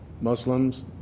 Muslims